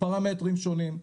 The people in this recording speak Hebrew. פרמטרים שונים,